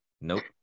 Nope